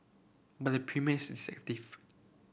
but the premium is deceptive